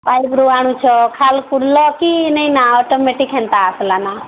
ଆଡ଼ପୁର୍ ଆଣୁଛ ଖାଲ୍ ପୁର୍ଲା କି ନେଇ ନା ଅଟୋମେଟିକ୍ ହେନ୍ତା ଖୁଲାମା